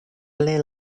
play